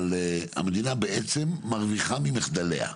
המדינה בעצם מרוויחה ממחדליה.